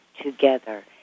together